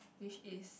which is